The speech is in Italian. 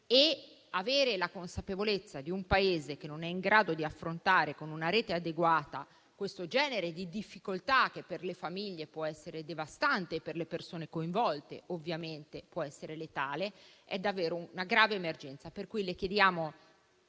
e avere la consapevolezza di un Paese che non è in grado di affrontare con una rete adeguata questo genere di difficoltà, che per le famiglie può essere devastante e per le persone coinvolte ovviamente può essere letale, è davvero una grave emergenza.